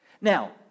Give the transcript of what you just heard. Now